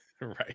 Right